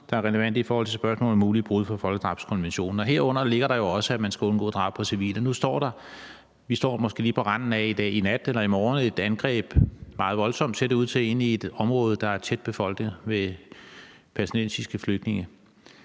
der er relevante i forhold til spørgsmålet om mulige brud på folkedrabskonventionen. Herunder ligger der jo, at man skal undgå drab på civile. Vi står måske lige på randen af – det kan være i nat eller i morgen – et meget voldsomt angreb, ser det ud til, ind i et område, der er tæt befolket med palæstinensiske flygtninge.